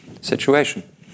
situation